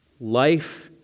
Life